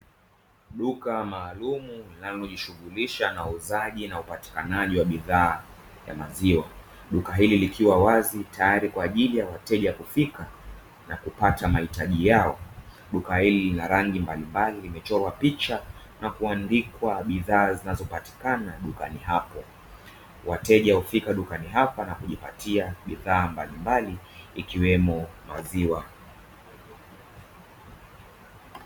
Duka maalumu linalojishughulisha na uuzaji na upatikanaji wa bidhaa ya maziwa. Duka hili likiwa wazi tayari kwa ajili ya wateja kufika na kupata mahitaji yao. Duka hili lina rangi mbalimbali, limechorwa picha na kuandikwa bidhaa zinazopatikana dukani hapo. Wateja hufika dukani hapa na kujipatia bidhaa mbalimbali ikiwemo maziwa.